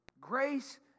grace